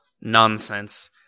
nonsense